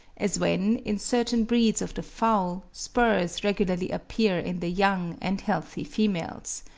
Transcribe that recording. as when, in certain breeds of the fowl, spurs regularly appear in the young and healthy females.